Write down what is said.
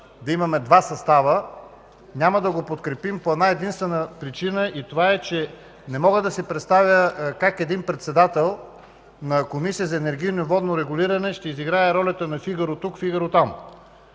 да има два състава, няма да го подкрепим по една-единствена причина. Не мога да си представя как един председател на Комисия за енергийно и водно регулиране ще играе ролята на „Фигаро тук, Фигаро там”.